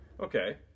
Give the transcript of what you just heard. Okay